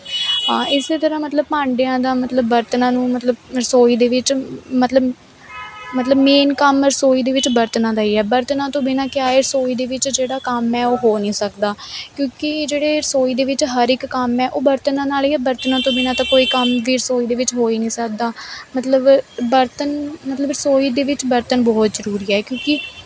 ਹਾਂ ਇਸ ਤਰ੍ਹਾਂ ਮਤਲਬ ਭਾਂਡਿਆਂ ਦਾ ਮਤਲਬ ਬਰਤਨਾਂ ਨੂੰ ਮਤਲਬ ਰਸੋਈ ਦੇ ਵਿੱਚ ਮਤਲਬ ਮਤਲਬ ਮੇਨ ਕੰਮ ਰਸੋਈ ਦੇ ਵਿੱਚ ਬਰਤਨਾਂ ਦਾ ਹੀ ਹੈ ਬਰਤਨਾਂ ਤੋਂ ਬਿਨ੍ਹਾਂ ਕਿਆ ਏ ਰਸੋਈ ਦੇ ਵਿੱਚ ਜਿਹੜਾ ਕੰਮ ਹੈ ਉਹ ਹੋ ਨਹੀ ਸਕਦਾ ਕਿਉਂਕਿ ਜਿਹੜੇ ਰਸੋਈ ਦੇ ਵਿੱਚ ਹਰ ਇੱਕ ਕੰਮ ਏ ਉਹ ਬਰਤਨ ਨਾਲ ਹੀ ਆ ਬਰਤਨਾਂ ਤੋਂ ਬਿਨ੍ਹਾਂ ਤਾਂ ਕੋਈ ਕੰਮ ਵੀ ਰਸੋਈ ਦੇ ਵਿੱਚ ਹੋ ਹੀ ਨਹੀ ਸਕਦਾ ਮਤਲਬ ਬਰਤਨ ਮਤਲਬ ਰਸੋਈ ਦੇ ਵਿੱਚ ਬਰਤਨ ਬਹੁਤ ਜ਼ਰੂਰੀ ਹੈ ਕਿਉਂਕਿ